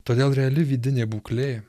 todėl reali vidinė būklė